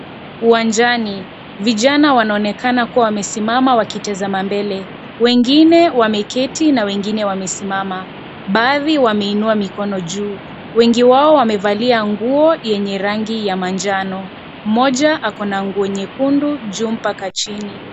Uwanjani, vijana wanaonekana kuwa wamesimama wakitazama mbele. Wengine wameketi na wengine wamesimama. Baadhi wameinua mikono yao juu. Wengi wao wamevalia nguo yenye rangi ya manjano. Mmoja ako na nguo nyekundu juu mpaka chini.